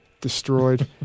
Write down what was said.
destroyed